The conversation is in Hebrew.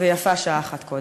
ויפה שעה אחת קודם.